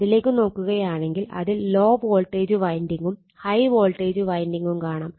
അതിലേക്ക് നോക്കുകയാണെങ്കിൽ അതിൽ ലോ വോൾട്ടേജ് വൈൻഡിങ്ങും ഹൈ വോൾട്ടേജ് വൈൻഡിങ്ങും കാണാം